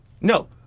No